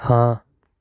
ਹਾਂ